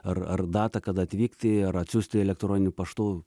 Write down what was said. ar ar datą kada atvykti ar atsiųsti elektroniniu paštu